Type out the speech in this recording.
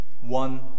one